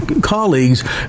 colleagues